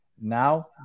now